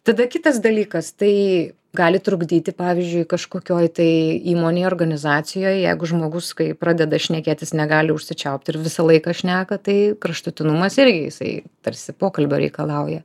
tada kitas dalykas tai gali trukdyti pavyzdžiui kažkokioj tai įmonėj organizacijoj jeigu žmogus kai pradeda šnekėt jis negali užsičiaupt ir visą laiką šneka tai kraštutinumas irgi jisai tarsi pokalbio reikalauja